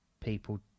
people